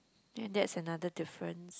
and that's another difference